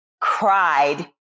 cried